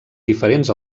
diferents